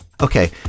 Okay